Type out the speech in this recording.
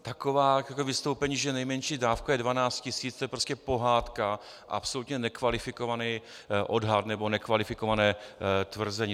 Taková vystoupení, že nejmenší dávka je dvanáct tisíc, to je prostě pohádka, absolutně nekvalifikovaný odhad nebo nekvalifikované tvrzení.